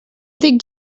dic